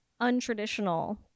untraditional